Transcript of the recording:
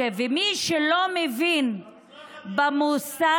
ומי שלא מבין במוסר,